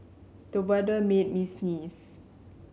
the weather made me sneeze